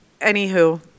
anywho